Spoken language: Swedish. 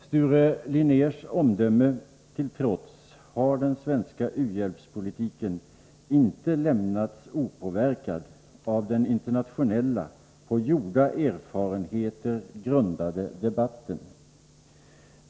Sture Linnérs omdöme till trots har den svenska u-hjälpspolitiken inte lämnats opåverkad av den internationella, på gjorda erfarenheter grundade debatten.